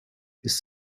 his